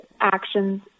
actions